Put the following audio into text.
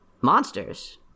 Monsters